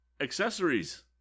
accessories